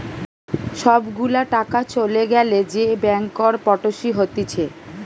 সব গুলা টাকা চলে গ্যালে যে ব্যাংকরপটসি হতিছে